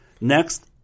Next